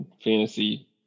fantasy